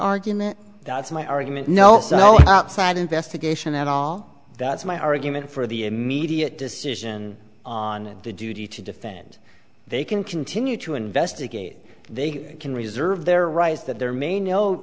argument that's my argument no outside investigation at all that's my argument for the immediate decision on the duty to defend they can continue to investigate they can reserve their rights that there ma